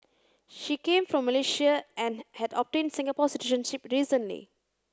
she came from Malaysia and had obtained Singapore citizenship recently